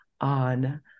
on